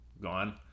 gone